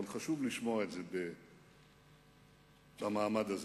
וחשוב לשמוע את זה במעמד הזה: